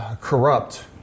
corrupt